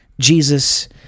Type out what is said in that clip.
Jesus